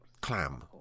Clam